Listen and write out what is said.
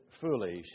foolish